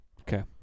Okay